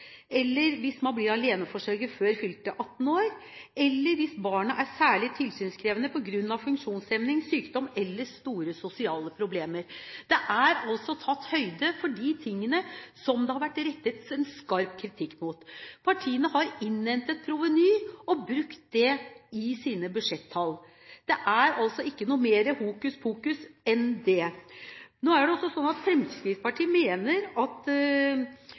eller hvis barnet er særlig tilsynskrevende på grunn av funksjonshemning, sykdom eller store sosiale problemer. Det er altså tatt høyde for de tingene som det har vært rettet skarp kritikk mot. Partiene har innhentet proveny og brukt det i sine budsjettall. Det er altså ikke noe mer hokus pokus enn det. Det er også sånn at Fremskrittspartiet mener